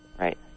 Right